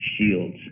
shields